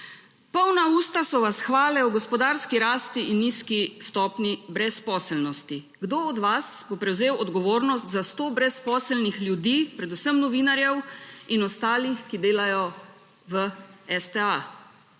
Polna usta so vas hvale o gospodarski rasti in nizki stopnji brezposelnosti. Kdo od vas bo prevzel odgovornost za 100 brezposelnih ljudi, predvsem novinarjev in ostalih, ki delajo v STA?